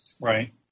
right